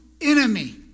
enemy